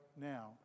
now